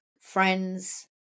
friends